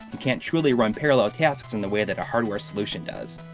and can't truly run parallel tasks in the way that a hardware solution does.